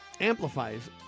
amplifies